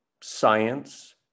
science